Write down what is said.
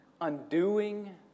undoing